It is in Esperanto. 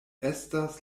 estas